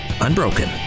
unbroken